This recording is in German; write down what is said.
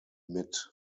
mit